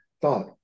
thought